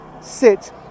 sit